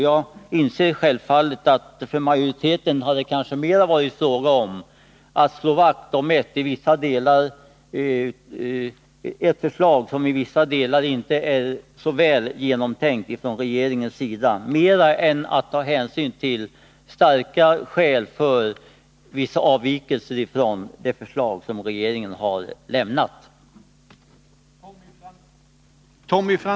Jag inser självfallet att det för majoriteten kanske mera har varit fråga om att slå vakt om ett förslag från regeringens sida, som i vissa delar inte är så väl genomtänkt, än att ta hänsyn till starka skäl för en del avvikelser från regeringens förslag.